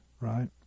right